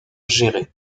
gérées